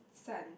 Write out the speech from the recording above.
son